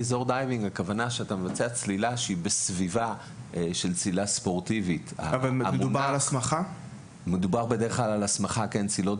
התבקשנו לערוך סקירה משווה בנושא הגיל המינימאלי לצלילת